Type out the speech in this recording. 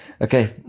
Okay